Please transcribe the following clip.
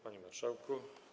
Panie Marszałku!